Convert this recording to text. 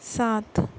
सात